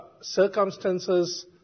circumstances